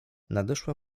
nadeszła